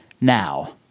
now